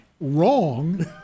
Wrong